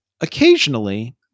occasionally